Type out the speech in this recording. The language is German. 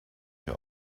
wir